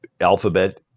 alphabet